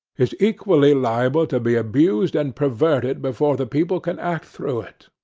is equally liable to be abused and perverted before the people can act through it.